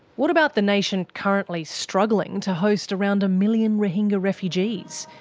what about the nation currently struggling to host around a million rohingya refugees?